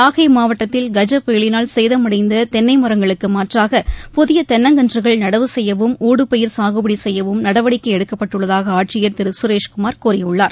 நாகை மாவட்டத்தில் கஜ புயலினால் சேதம் அடைந்த தென்னை மரங்களுக்கு மாற்றாக புதிய தென்னங்கன்றுகள் நடவு செய்யவும் ஊடுபயிர் சாகுபடி செய்யும் நடவடிக்கை எடுக்கப்பட்டுள்ளதாக திரு சுரேஷ்குமார் கூறியுள்ளார்